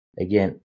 again